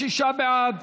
56 בעד,